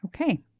okay